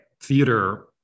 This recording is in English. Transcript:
theater